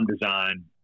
design